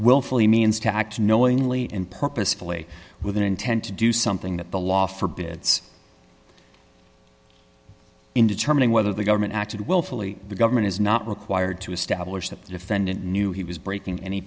willfully means to act knowingly and purposefully with an intent to do something that the law forbids in determining whether the government acted willfully the government is not required to establish that the defendant knew he was breaking any